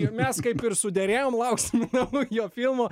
ir mes kaip ir suderėjom lauksim naujo filmo